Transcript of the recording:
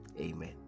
Amen